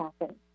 happen